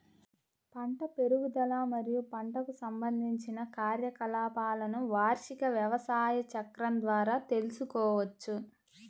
పంట పెరుగుదల మరియు పంటకు సంబంధించిన కార్యకలాపాలను వార్షిక వ్యవసాయ చక్రం ద్వారా తెల్సుకోవచ్చు